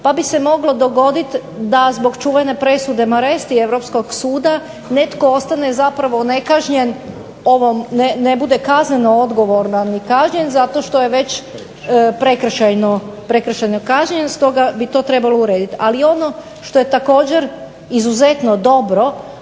pa bi se moglo dogoditi da zbog čuvene presude …/Ne razumije se./… europskog suda netko ostane zapravo nekažnjen ovom, ne bude kazneno odgovoran i kažnjen zato što je već prekršajno kažnjen, stoga bi to trebalo urediti. Ali ono što je također izuzetno dobro,